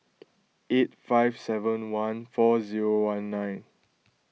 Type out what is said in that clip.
eight five seven one four zero one nine